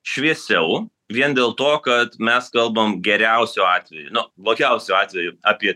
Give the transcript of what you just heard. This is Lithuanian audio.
šviesiau vien dėl to kad mes kalbam geriausiu atveju nu blogiausiu atveju apie